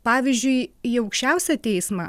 pavyzdžiui į aukščiausią teismą